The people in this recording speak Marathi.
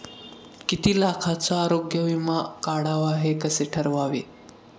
किती लाखाचा आरोग्य विमा काढावा हे कसे ठरवावे?